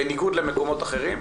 בניגוד למקומות אחרים,